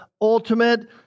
ultimate